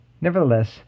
Nevertheless